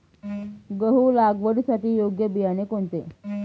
गहू लागवडीसाठी योग्य बियाणे कोणते?